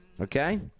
okay